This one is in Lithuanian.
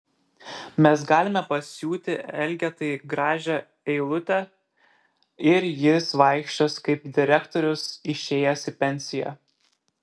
mes galime pasiūti elgetai gražią eilutę ir jis vaikščios kaip direktorius išėjęs į pensiją